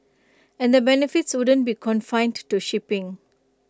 and the benefits wouldn't be confined to shipping